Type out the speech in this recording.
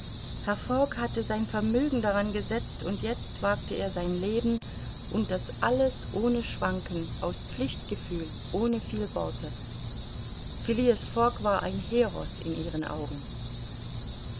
fogg hatte sein vermögen daran gesetzt und jetzt wagte er sein leben und das alles ohne schwanken aus pflichtgefühl ohne viel worte phileas fogg war ein heros in ihren augen